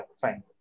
fine